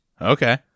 Okay